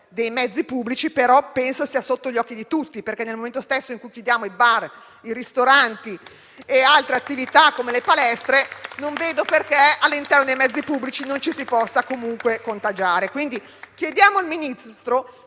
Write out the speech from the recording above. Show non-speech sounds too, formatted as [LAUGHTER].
dei mezzi pubblici, ma penso sia sotto gli occhi di tutti perché, nel momento stesso in cui chiudiamo i bar, i ristoranti e altre attività come le palestre, non vedo perché all'interno dei mezzi pubblici non ci si possa comunque contagiare. [APPLAUSE] Chiediamo quindi al Ministro